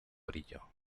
brillo